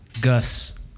Gus